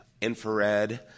infrared